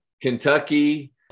Kentucky